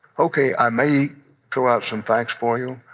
ok, i may throw out some facts for you.